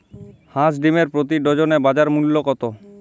হাঁস ডিমের প্রতি ডজনে বাজার মূল্য কত?